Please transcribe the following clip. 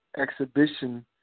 exhibition